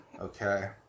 Okay